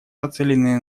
нацеленные